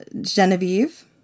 Genevieve